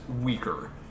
weaker